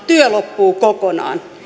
työ loppuu kokonaan